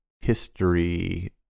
history